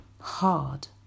hard